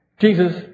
Jesus